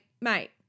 mate